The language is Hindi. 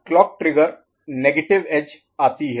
अब क्लॉक ट्रिगर नेगेटिव एज आती है